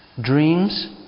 dreams